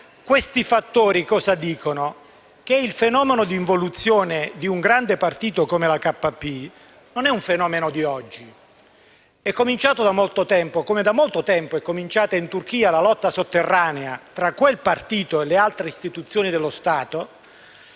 Ministro, cosa dicono questi fattori? L'involuzione di un grande partito come il KP è un fenomeno non di oggi, ma è cominciato da molto tempo. Come da molto tempo è cominciata in Turchia la lotta sotterranea tra quel partito e le altre istituzioni dello Stato,